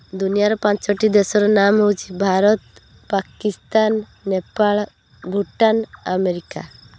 ଦୁନିଆର ପାଞ୍ଚଟି ଦେଶର ନାମ ହେଉଛି ଭାରତ ପାକିସ୍ତାନ ନେପାଳ ଭୁଟାନ୍ ଆମେରିକା